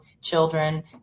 children